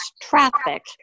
traffic